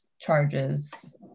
charges